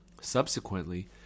Subsequently